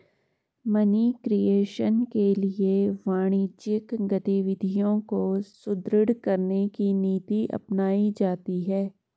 money creation के लिए वाणिज्यिक गतिविधियों को सुदृढ़ करने की नीति अपनाई जाती है